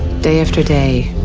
day after day,